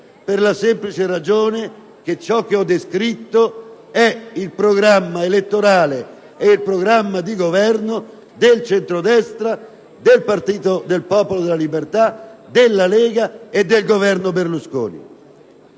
per la semplice ragione che ciò che ho descritto è il programma elettorale, il programma di governo del centrodestra, del Popolo della Libertà, della Lega e del Governo Berlusconi.